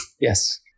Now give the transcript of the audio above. Yes